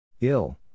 Ill